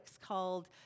called